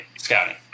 Scouting